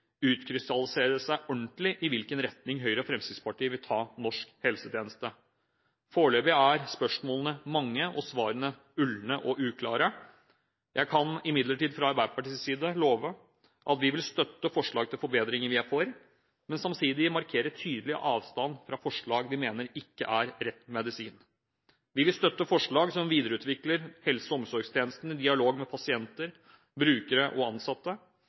seg ordentlig i hvilken retning Høyre og Fremskrittspartiet vil ta norsk helsetjeneste. Foreløpig er spørsmålene mange, og svarene ulne og uklare. Jeg kan imidlertid fra Arbeiderpartiets side love at vi vil støtte forslag til forbedringer vi er for, men samtidig markere tydelig avstand fra forslag vi mener ikke er rett medisin. Vi vil støtte forslag som videreutvikler helse- og omsorgstjenestene i dialog med pasienter, brukere og ansatte.